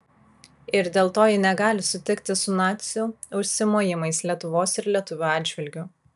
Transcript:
ir dėl to ji negali sutikti su nacių užsimojimais lietuvos ir lietuvių atžvilgiu